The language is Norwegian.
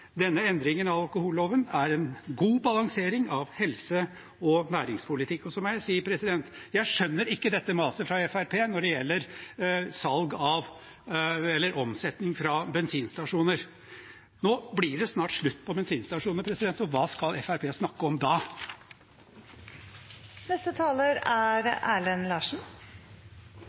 denne endringen av alkoholloven er en god balansering av helse- og næringspolitikk. Så må jeg si at jeg ikke skjønner dette maset fra Fremskrittspartiet når det gjelder omsetning fra bensinstasjoner. Nå blir det snart slutt på bensinstasjoner. Hva skal Fremskrittspartiet snakke om